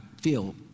feel